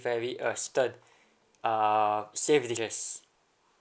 very uh stern uh